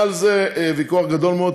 היה על זה ויכוח גדול מאוד,